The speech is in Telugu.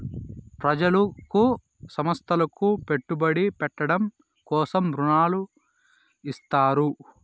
ప్రజలకు సంస్థలకు పెట్టుబడి పెట్టడం కోసం రుణాలు ఇత్తారు